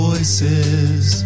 Voices